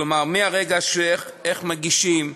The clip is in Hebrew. כלומר, איך מגישים,